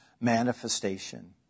manifestation